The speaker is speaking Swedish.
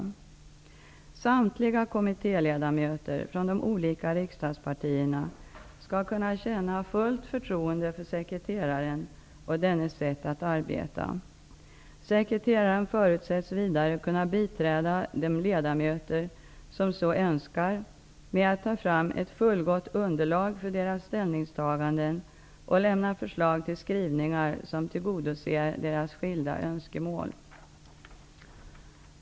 Samtliga kommittéledamöter från de olika riksdagspartierna skall kunna känna fullt förtroende för sekreteraren och dennes sätt att arbeta. Sekreteraren förutsätts vidare kunna biträda de ledamöter som så önskar med att ta fram ett fullgott underlag för deras ställningstaganden och lämna förslag till skrivningar som tillgodoser deras skilda önskemål.